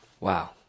Wow